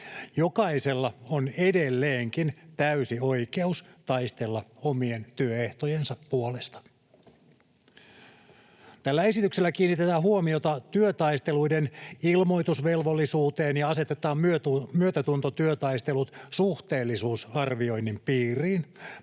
Jokaisella on edelleenkin täysi oikeus taistella omien työehtojensa puolesta. Tällä esityksellä kiinnitetään huomiota työtaisteluiden ilmoitusvelvollisuuteen ja asetetaan myötätuntotyötaistelut suhteellisuusarvioinnin piiriin.